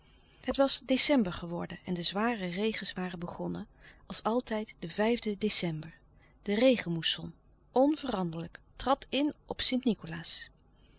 het was december geworden en de zware regens waren begonnen als altijd den vijfden december de regenmoesson onveranderlijk trad in op st nicolaas